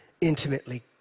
intimately